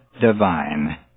divine